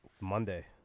Monday